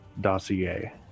dossier